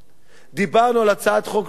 הזדמנות לדירה, דיברנו על הצעת חוק נוספת,